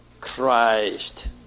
Christ